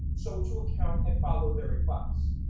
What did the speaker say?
so to account and follow their advice.